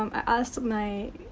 um i asked my.